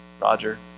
Roger